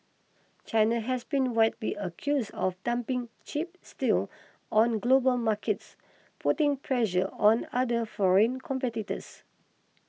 China has been wide be accused of dumping cheap steel on global markets putting pressure on other foreign competitors